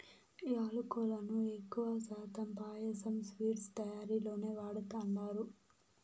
యాలుకలను ఎక్కువ శాతం పాయసం, స్వీట్స్ తయారీలోనే వాడతండారు